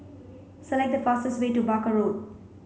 select the fastest way to Barker Road